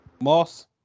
Moss